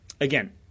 again